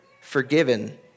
forgiven